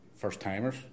first-timers